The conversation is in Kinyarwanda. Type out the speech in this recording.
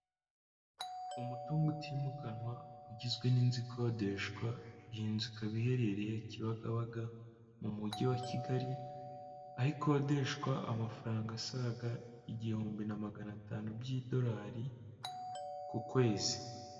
Umutungo utimukanwa ugizwe n'inzu ikodeshwa, iyi nzu ikaba iherereye Kibagabaga mu mujyi wa Kigali, aho ikodeshwa amafaranga asaga igihumbi na magana atanu by'idolari ku kwezi.